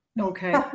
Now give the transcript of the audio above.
Okay